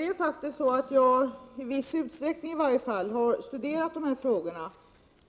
Jag har faktiskt, i varje fall i viss utsträckning, studerat de här frågorna,